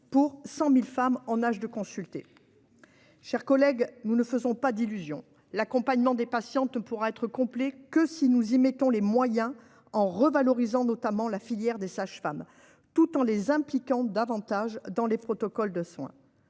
pour 100 000 femmes en âge de consulter. Chers collègues, ne nous faisons pas d'illusions : l'accompagnement des patientes ne pourra être complet que si nous y mettons les moyens, en revalorisant notamment la filière des sages-femmes et en impliquant davantage ces dernières dans les protocoles de soins.